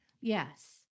Yes